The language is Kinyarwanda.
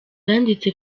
yanditse